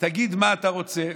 תגיד מה אתה רוצה.